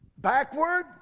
backward